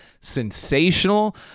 sensational